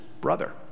brother